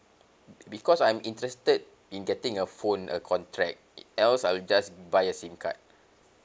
because I'm interested in getting a phone a contract else I'll just buy a SIM card